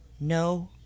no